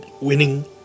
winning